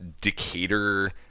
Decatur